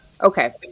Okay